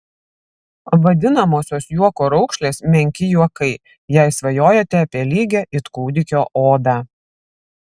vadinamosios juoko raukšlės menki juokai jei svajojate apie lygią it kūdikio odą